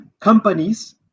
companies